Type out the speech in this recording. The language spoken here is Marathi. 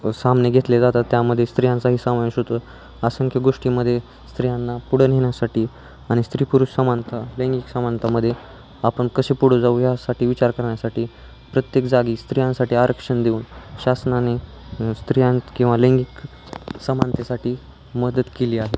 सामने घेतले जातात त्यामध्ये स्त्रियांचाही समावेश होतो असंख्य गोष्टीमध्ये स्त्रियांना पुढं नेण्यासाठी आणि स्त्री पुरुष समानता लैंगिक समानतामध्ये आपण कसे पुढं जाऊ यासाठी विचार करण्यासाठी प्रत्येक जागी स्त्रियांसाठी आरक्षण देऊन शासनाने स्त्रिया किंवा लैंगिक समानतेसाठी मदत केली आहे